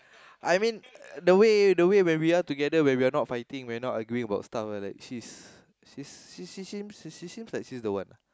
I mean the way the way when we are together when we are not fighting we are not arguing about stuff like that she's she's she she seems she she seems like she's the one